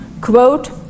Quote